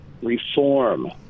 reform